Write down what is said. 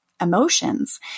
emotions